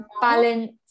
Balance